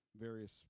various